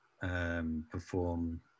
perform